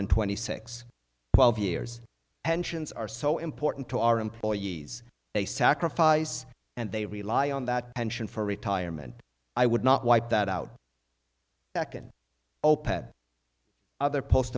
and twenty six twelve years engines are so important to our employees they sacrifice and they rely on that pension for retirement i would not wipe that out that can open other post